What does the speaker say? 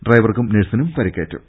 ഡ്രൈവർക്കും നഴ്സിനും പരിക്കേറ്റു